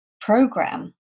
program